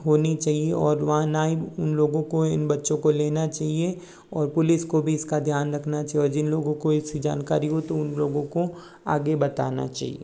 होनी चाहिए और वहाँ ना ही लोगों को इन बच्चों को लेना चाहिए और पुलिस को भी इसका ध्यान रखना चाहिए और जिन लोगों को इसकी जानकारी हो तो उन लोगों को आगे बताना चाहिए